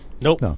Nope